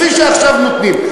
כפי שעכשיו נותנים?